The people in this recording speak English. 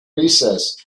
recess